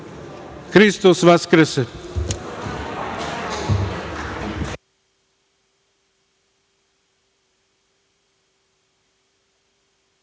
Hristos vaskrese.